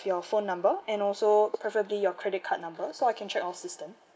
your phone number and also preferably your credit card number so I can check our system